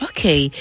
Okay